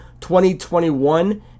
2021